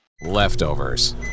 Leftovers